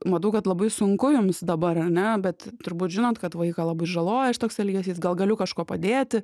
matau kad labai sunku jums dabar ane bet turbūt žinot kad vaiką labai žaloja šitoks elgesys gal galiu kažkuo padėti